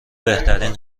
بهترین